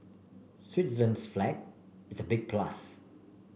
Switzerland's flag is a big plus